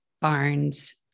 Barnes